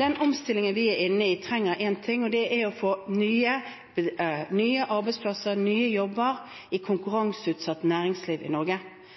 Den omstillingen vi er inne i, trenger én ting, og det er å få nye arbeidsplasser, nye jobber, i konkurranseutsatt næringsliv i Norge.